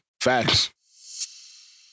Facts